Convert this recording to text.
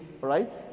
right